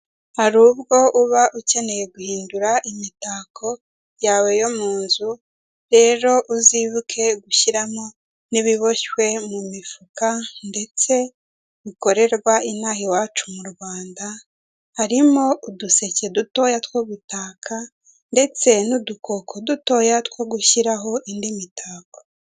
Hari ubwo uba ukeneye guhindura imitako yawe yo mu nzu rero uzibuke gushyiramo n'ibiboshywe mu mifuka ndetse bikorerwa inaha iwacu mu Rwanda harimo uduseke dutoya two gutaka, ndetse n'udukoko dutoya two gushyiraho indi mitako.